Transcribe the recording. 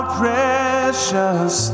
precious